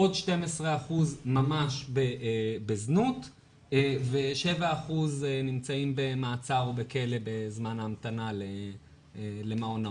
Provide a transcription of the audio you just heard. עוד 12% ממש בזנות ו-7% נמצאים במעצר בכלא בזמן ההמתנה למעון נעול.